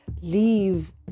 leave